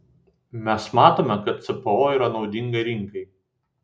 mes matome kad cpo yra naudinga rinkai